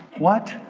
what?